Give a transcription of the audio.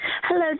hello